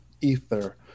ether